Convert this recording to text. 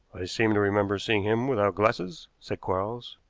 seem to remember seeing him without glasses, said quarles.